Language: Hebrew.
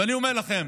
ואני אומר לכם,